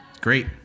Great